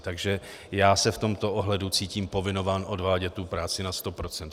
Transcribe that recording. Takže já se v tomto ohledu cítím povinován odvádět tu práci na sto procent.